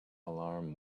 alarm